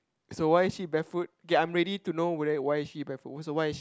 so why is she barefoot k I'm ready to know why is she barefoot so why is she